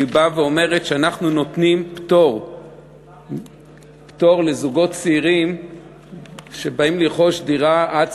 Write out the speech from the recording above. והיא באה ואומרת שאנחנו נותנים פטור לזוגות צעירים שבאים לרכוש דירה עד